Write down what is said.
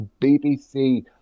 BBC